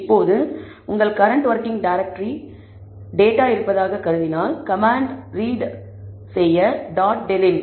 இப்போது உங்கள் current working டைரக்டரியில் டேட்டா இருப்பதாக கருதினால் கமாண்ட் ரீட் டாட் டெலிம்read